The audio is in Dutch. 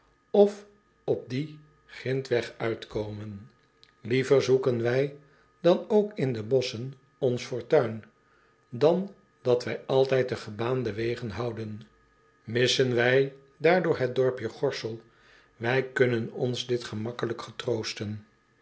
of op dien grintweg uitkomen liever zoeken wij dan ook in de bosschen ons fortuin dan dat wij altijd de gebaande wegen houden missen wij daardoor het dorpje gorssel wij kunnen ons dit gemakkelijk getroosten